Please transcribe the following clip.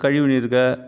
கழிவு நீரு